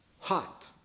Hot